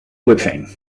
whipping